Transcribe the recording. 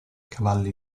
cavalli